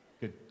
Good